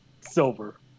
Silver